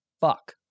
Fuck